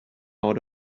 out